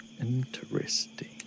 Interesting